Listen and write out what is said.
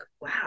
wow